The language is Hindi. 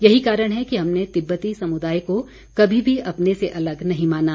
यही कारण है कि हमने तिब्बती समुदाय को कभी भी अपने से अलग नहीं माना